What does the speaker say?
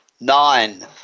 Nine